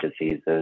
diseases